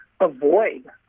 avoid